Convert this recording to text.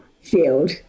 field